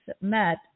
met